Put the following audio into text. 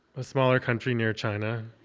a smaller country near china